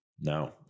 No